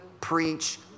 preach